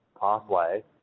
pathway